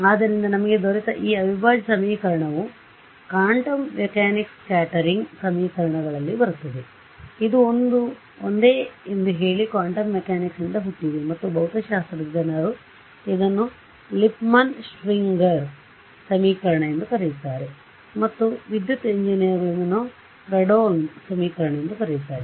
ಆದ್ದರಿಂದ ನಮಗೆ ದೊರೆತ ಈ ಅವಿಭಾಜ್ಯ ಸಮೀಕರಣವು ಕ್ವಾಂಟಮ್ ಮೆಕ್ಯಾನಿಕ್ಸ್ ಸ್ಕ್ಯಾಟರಿಂಗ್ ಸಮೀಕರಣಗಳಲ್ಲಿಯೂ ಬರುತ್ತದೆ ಆದ್ದರಿಂದ ಇದು ಒಂದೇ ಎಂದು ಹೇಳಿ ಕ್ವಾಂಟಮ್ ಮೆಕ್ಯಾನಿಕ್ಸ್ನಿಂದ ಹುಟ್ಟಿದೆ ಮತ್ತು ಭೌತಶಾಸ್ತ್ರದ ಜನರು ಇದನ್ನು ಲಿಪ್ಮನ್ ಶ್ವಿಂಗರ್ ಸಮೀಕರಣ ಎಂದು ಕರೆಯುತ್ತಾರೆ ಮತ್ತು ವಿದ್ಯುತ್ ಎಂಜಿನಿಯರ್ಗಳು ಇದನ್ನು ಫ್ರೆಡೋಲ್ಮ್ ಸಮೀಕರಣ ಎಂದು ಕರೆಯುತ್ತಾರೆ